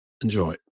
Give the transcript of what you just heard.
enjoy